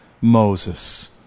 Moses